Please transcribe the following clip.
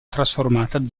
trasformata